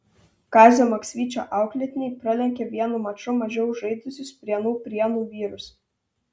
kazio maksvyčio auklėtiniai pralenkė vienu maču mažiau žaidusius prienų prienų vyrus